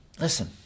Listen